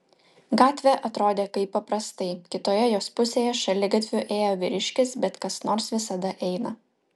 gatvė atrodė kaip paprastai kitoje jos pusėje šaligatviu ėjo vyriškis bet kas nors visada eina